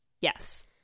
yes